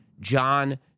John